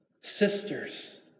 sisters